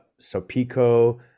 Sopico